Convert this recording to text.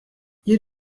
you